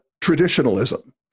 traditionalism